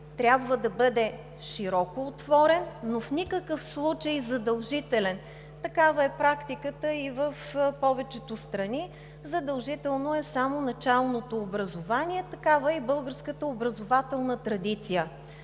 трябва да бъде широко отворен, но в никакъв случай задължителен. Такава е практиката и в повечето страни – задължително е само началното образование. Такава е и българската образователна традиция.